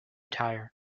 tire